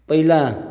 पहिला